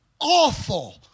awful